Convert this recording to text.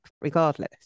regardless